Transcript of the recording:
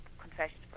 confession